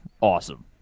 awesome